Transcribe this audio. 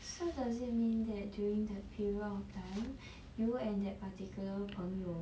so does it mean that during that period of time you and that particular 朋友